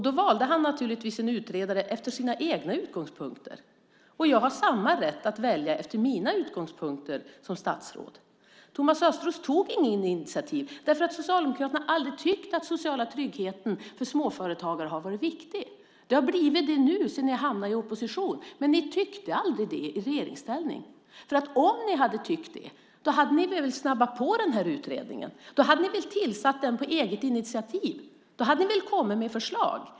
Då valde han naturligtvis en utredare utifrån sina egna utgångspunkter. Jag har samma rätt att välja utifrån mina utgångspunkter som statsråd. Thomas Östros tog inget initiativ därför att Socialdemokraterna aldrig har tyckt att den sociala tryggheten för småföretagare har varit viktig. Den har blivit det nu sedan ni har hamnat i opposition. Men ni tyckte aldrig det i regeringsställning. Om ni hade tyckt det hade ni väl snabbat på den här utredningen? Då hade ni väl tillsatt den på eget initiativ? Då hade ni väl kommit med förslag?